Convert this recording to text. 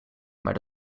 maar